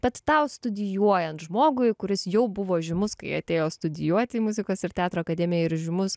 bet tau studijuojant žmogui kuris jau buvo žymus kai atėjo studijuoti muzikos ir teatro akademiją ir žymus